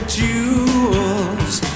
jewels